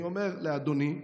אני אומר לאדוני,